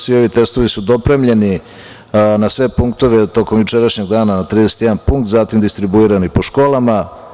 Svi ovi testovi su dopremljeni na sve punktove tokom jučerašnjeg dana na 31 punkt, zatim distribuirani po školama.